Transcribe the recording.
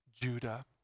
Judah